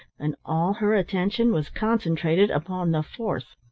and all her attention was concentrated upon the fourth.